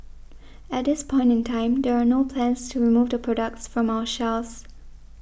at this point in time there are no plans to remove the products from our shelves